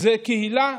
זו קהילה.